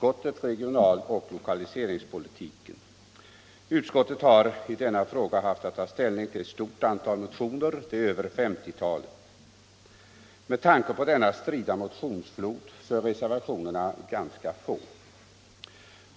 och lokaliseringspolitiken. Utskottet har i denna fråga haft att ta ställning till ett stort antal motioner — över femtiotalet. Med tanke på denna strida motionsflod är reservationerna ganska få.